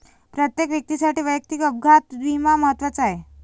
प्रत्येक व्यक्तीसाठी वैयक्तिक अपघात विमा महत्त्वाचा आहे